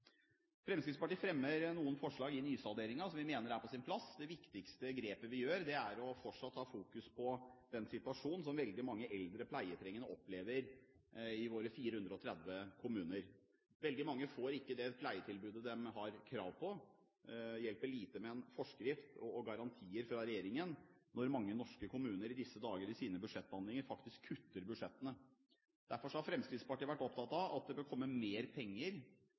Fremskrittspartiet fremmer noen forslag i nysalderingen som vi mener er på sin plass. Det viktigste grepet vi tar, er fortsatt å fokusere på den situasjonen som veldig mange eldre pleietrengende opplever i våre 430 kommuner. Veldig mange får ikke det pleietilbudet de har krav på. Det hjelper lite med en forskrift og garantier fra regjeringen når mange norske kommuner i disse dager i sine budsjettbehandlinger faktisk kutter budsjettene. Derfor har Fremskrittspartiet vært opptatt av at det bør komme mer penger.